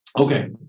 Okay